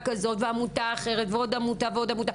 כזו ועמותה אחרת ועוד עמותה ועוד עמותה,